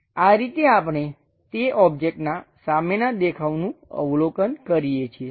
આ રીતે આપણે તે ઓબ્જેક્ટના સામેનાં દેખાવનું અવલોકન કરીએ છીએ